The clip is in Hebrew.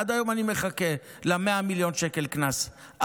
עד היום אני מחכה ל-100 מיליון שקל קנס,